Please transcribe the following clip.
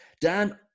Dan